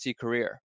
career